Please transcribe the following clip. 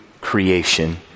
creation